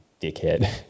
dickhead